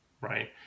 right